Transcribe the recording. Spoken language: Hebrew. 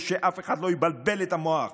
ושאף אחד לא יבלבל את המוח